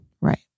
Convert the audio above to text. Right